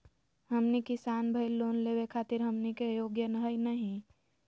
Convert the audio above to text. हमनी किसान भईल, लोन लेवे खातीर हमनी के योग्य हई नहीं?